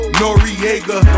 noriega